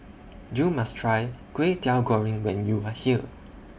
YOU must Try Kway Teow Goreng when YOU Are here